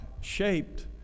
shaped